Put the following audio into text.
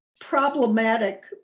problematic